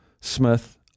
Smith